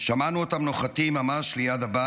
שמענו אותם נוחתים ממש ליד הבית